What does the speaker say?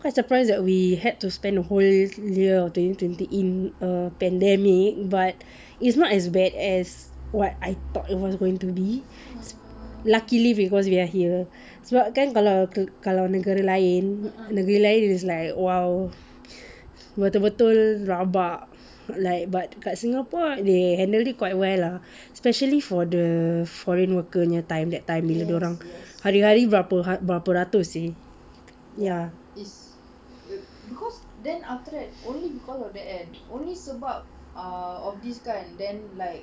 quite surprised that we had to spend a whole year or twenty twenty in a pandemic but it's not as bad as what I thought it was going to be luckily because we're here sebab kan kalau kalau negara lain negeri lain is like !wow! betul-betul rabak like but kat singapore they handled it quite well especially for the foreign worker punya time that time bila dorang hari-hari berapa ratus seh ya